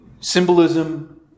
symbolism